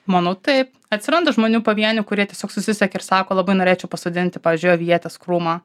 manau taip atsiranda žmonių pavienių kurie tiesiog susisiekė ir sako labai norėčiau pasodinti pavyzdžiui avietės krūmą